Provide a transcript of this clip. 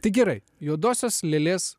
tai gerai juodosios lėlės